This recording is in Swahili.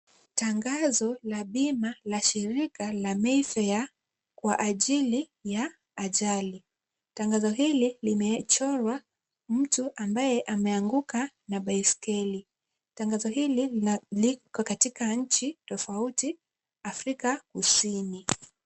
Tangazo la bima la shirika la Mayfair kwa ajili ya ajali. Tangazo hili limechorwa mtu ambaye ameanguka na baiskeli. Tangazo hili liko katika nchi tofauti Afrika Kusini.